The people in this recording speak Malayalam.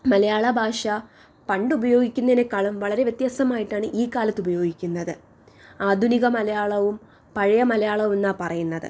മലയാളഭാഷ പണ്ട് ഉപയോഗിക്കുന്നതിനെക്കാളും വളരെ വ്യത്യസ്തമായിട്ടാണ് ഈ കാലത്ത് ഉപയോഗിക്കുന്നത് ആധുനിക മലയാളവും പഴയ മലയാളവും എന്നാണ് പറയുന്നത്